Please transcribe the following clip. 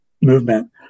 movement